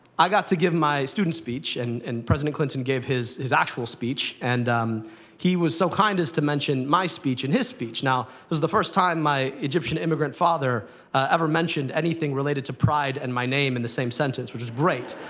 i got to give my student speech, and and president clinton gave his his actual speech, and he was so kind as to mention my speech in his speech. now, it was the first time my egyptian immigrant father ever mentioned anything related to pride and my name in the same sentence, which was great.